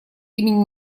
имени